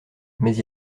mais